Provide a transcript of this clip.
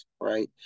right